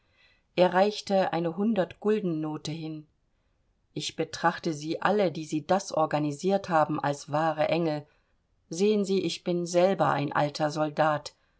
er reichte eine hundertgulden note hin ich betrachte sie alle die sie das organisiert haben als wahre engel sehen sie ich bin selber ein alter soldat